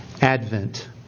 advent